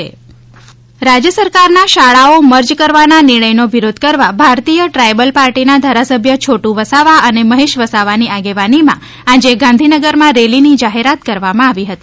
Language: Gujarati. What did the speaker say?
ભારતીય ટ્રાયબલ પાર્ટી રાજ્ય સરકારના શાળાઓ મર્જ કરવાના નિર્ણયનો વિરોધ કરવા ભારતીય ટ્રાયબલ પાર્ટીનાં ધારાસભ્ય છોટુ વસાવા અને મહેશ વસાવાની આગેવાનીમાં આ જે ગાંધીનગરમાં રેલીની જાહેરાત કરવામાં આવી હતી